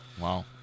wow